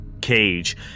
cage